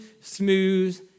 smooth